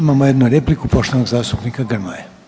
Imamo jednu repliku poštovanog zastupnike Grmoje.